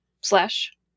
slash